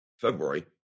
February